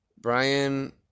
Brian